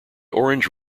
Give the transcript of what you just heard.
orange